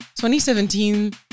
2017